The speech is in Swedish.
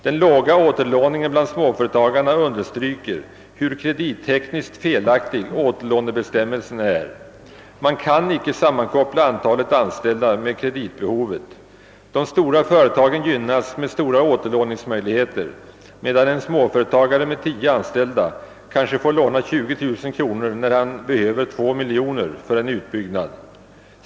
Den låga återlåningen bland småföretagarna understryker hur kredittekniskt felaktig återlånebestämmelsen är. Man kan icke sammankoppla antalet anställda med kreditbehovet. De stora företagen gynnas med stora återlåningsmöjligheter medan en småföretagare med 10 anställda kanske får låna 20 000 kronor när han behöver 2 miljoner för en utbyggnad.